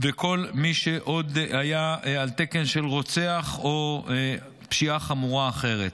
לכל מי שעוד היה על תקן של רוצח או פשיעה חמורה אחרת.